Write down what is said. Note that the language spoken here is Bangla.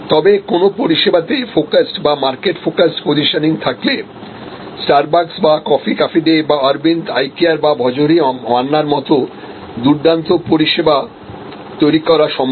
তবে কোনও পরিষেবাতে ফোকাসডবা মার্কেট ফোকাসড পজিশনিংথাকলে স্টারবাকস বা কফি ক্যাফে ডে বা অরবিন্দ আই কেয়ার বা ভজোহরি মান্নার মতো দুর্দান্ত পরিষেবা তৈরি করা সম্ভব